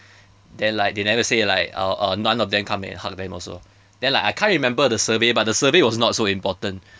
then like they never say like oh uh none of them come and hug them also then like I can't remember the survey but the survey was not so important